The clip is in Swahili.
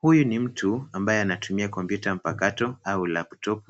Huyu ni mtu ambaye anatumia kompyuta mpakato au laptop .